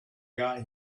got